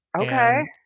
Okay